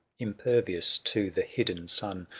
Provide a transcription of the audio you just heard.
impervious to the hidden sun.